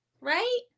right